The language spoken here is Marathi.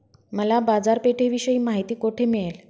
मला बाजारपेठेविषयी माहिती कोठे मिळेल?